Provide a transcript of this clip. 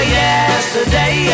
yesterday